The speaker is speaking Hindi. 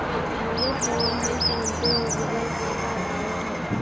मेरे फोन में फ़ोन पे और गूगल पे का अकाउंट है